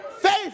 Faith